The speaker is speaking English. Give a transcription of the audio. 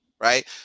right